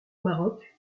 maroc